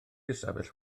ystafell